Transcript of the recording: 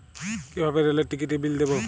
কিভাবে রেলের টিকিটের বিল দেবো?